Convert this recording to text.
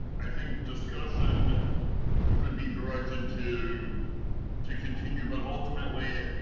i think discussion could be directed to to continue. but ultimately